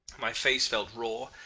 my face felt raw,